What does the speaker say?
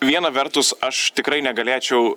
viena vertus aš tikrai negalėčiau